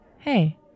Hey